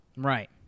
Right